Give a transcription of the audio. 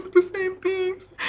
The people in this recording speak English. the same things,